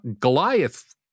Goliath